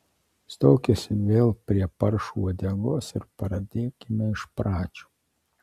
stokis vėl prie paršo uodegos ir pradėkime iš pradžių